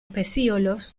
pecíolos